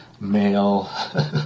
male